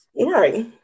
Right